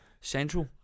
central